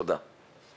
תודה.